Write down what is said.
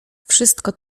wszystko